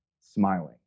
smiling